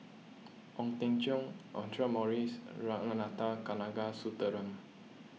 Ong Teng Cheong Audra Morrice and Ragunathar Kanagasuntheram